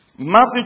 Matthew